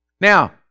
Now